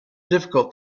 difficult